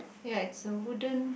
ya it's a wooden